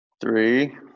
three